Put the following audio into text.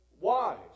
wise